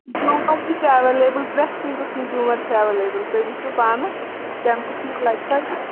جوٗمَر تہِ چھِ ایویلیبٕل پرٮ۪تھ کُنہِ قٕسمُک جوٗمَر چھِ ایویلیبٕل تُہۍ وٕچھو پانہٕ کَمہِ قٕسمُک لَگہِ تۄہہِ تہٕ